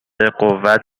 قوت